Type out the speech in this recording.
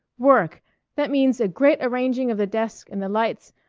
work that means a great arranging of the desk and the lights,